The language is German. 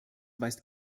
weist